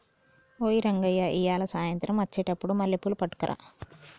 ఓయ్ రంగయ్య ఇయ్యాల సాయంత్రం అచ్చెటప్పుడు మల్లెపూలు పట్టుకరా